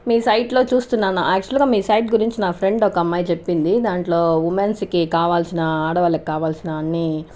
మీ site లో చూస్తున్నాను actual గా మీ సైట్ గురించి నా ఫ్రెండ్ ఒక అమ్మాయి చెప్పింది దాంట్లో ఉమెన్స్ కి కావాల్సిన ఆడవాళ్ళకు కావాల్సిన అన్ని